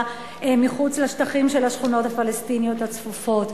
מחוץ לשטחים של השכונות הפלסטיניות הצפופות.